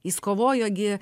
jis kovojo gi